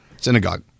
Synagogue